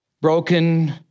Broken